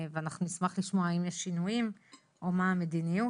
אנחנו נשמח לשמוע האם יש שינויים, או מה המדיניות.